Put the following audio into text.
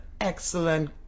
excellent